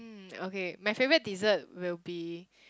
mm okay my favourite dessert will be